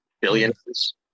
Billions